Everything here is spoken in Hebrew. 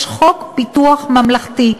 יש חוק ביטוח בריאות ממלכתי,